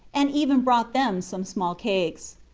and even brought them some small cakes.